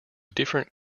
different